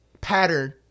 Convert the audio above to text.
pattern